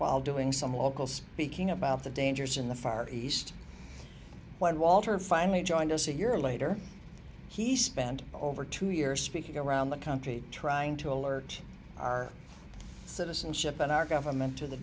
while doing some local speaking about the dangers in the far east when walter finally joined us a year later he spent over two years speaking around the country trying to alert our citizenship and our government t